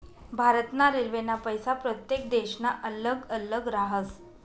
भारत ना रेल्वेना पैसा प्रत्येक देशना अल्लग अल्लग राहस